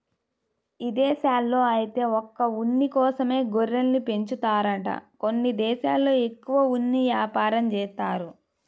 ఇదేశాల్లో ఐతే ఒక్క ఉన్ని కోసమే గొర్రెల్ని పెంచుతారంట కొన్ని దేశాల్లో ఎక్కువగా ఉన్ని యాపారం జేత్తారు